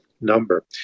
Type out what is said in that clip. number